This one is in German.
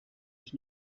ich